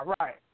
right